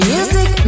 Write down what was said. Music